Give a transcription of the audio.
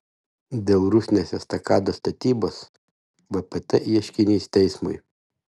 dėl rusnės estakados statybos vpt ieškinys teismui